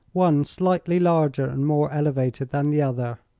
one slightly larger and more elevated than the other.